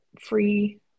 Free